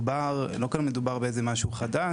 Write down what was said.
לא מדובר באיזה משהו חדש,